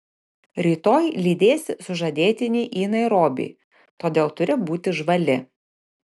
rytoj lydėsi sužadėtinį į nairobį todėl turi būti žvali